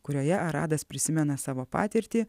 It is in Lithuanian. kurioje aradas prisimena savo patirtį